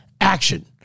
Action